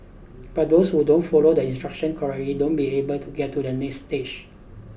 but those who don't follow the instructions correctly don't be able to get to the next stage